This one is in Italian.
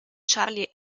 charlie